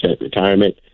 retirement